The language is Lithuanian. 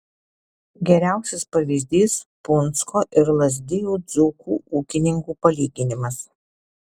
geriausias pavyzdys punsko ir lazdijų dzūkų ūkininkų palyginimas